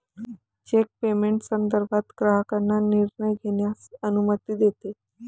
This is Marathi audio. चेक पेमेंट संदर्भात ग्राहकांना निर्णय घेण्यास अनुमती देते